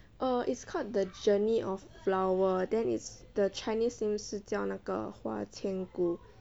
err it's called the journey of flower then it's the chinese name 是叫那个花千骨